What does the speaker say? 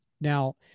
now